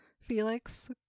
Felix